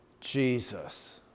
Jesus